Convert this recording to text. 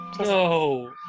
No